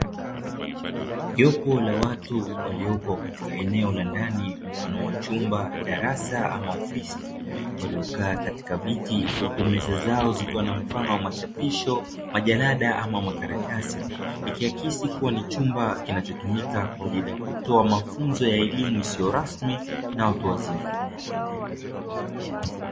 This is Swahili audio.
Jopo la watu waliopo katika eneo la ndani mfano wa chumba, darasa ama ofisi waliokaa katika viti huku meza zao zikiwa na mfano wa machapisho, majalada ama makaratasi ikiakisi kuwa ni chumba kinachotumika kwa ajili ya kutoa mafunzo ya elimu isiyo rasmi na watu wazima.